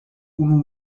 unu